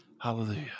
Hallelujah